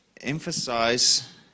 emphasize